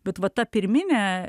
bet va ta pirminė